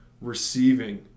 receiving